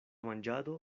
manĝado